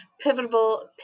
pivotal